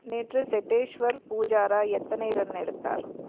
நேற்று செட்டேஷ்வர் புஜாரா எத்தனை ரன் எடுத்தார்